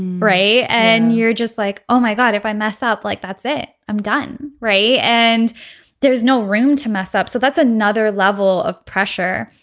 bray and you're just like oh my god if i mess up like that's it i'm done right. and there's no room to mess up so that's another level of pressure.